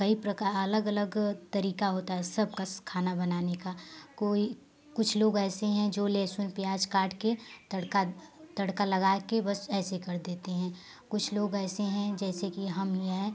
कई प्रकार अलग अलग तरीका होता है सबका खाना बनाने का कोई कुछ लोग ऐसे हैं जो लहसुन प्याज काट के तड़का तड़का लगा के बस ऐसे कर देते हैं कुछ लोग ऐसे हैं जैसे कि हम ही हैं